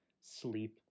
sleep